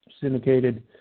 syndicated